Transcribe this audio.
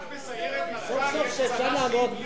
רק בסיירת מטכ"ל יש צל"שים בלי הסבר על מה.